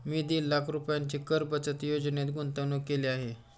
मी दीड लाख रुपयांची कर बचत योजनेत गुंतवणूक केली आहे